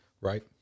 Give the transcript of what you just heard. right